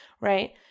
right